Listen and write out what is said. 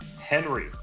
Henry